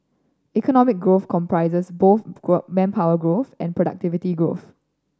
economic growth comprises both manpower growth and productivity growth